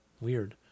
Weird